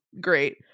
great